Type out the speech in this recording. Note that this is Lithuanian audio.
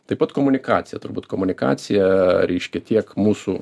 taip pat komunikacija turbūt komunikacija reiškia tiek mūsų